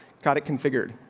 got it configured.